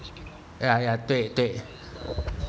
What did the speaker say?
ya ya 对对